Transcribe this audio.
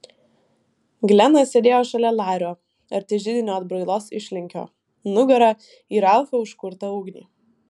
glenas sėdėjo šalia lario arti židinio atbrailos išlinkio nugara į ralfo užkurtą ugnį